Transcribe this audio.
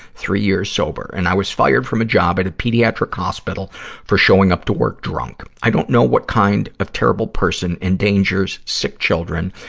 three years sober. and i was fired from a job at a pediatric hospital for showing up to work drunk. i don't know what kind of terrible person endangers sick children,